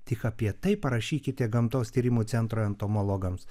tik apie tai parašykite gamtos tyrimų centro entomologams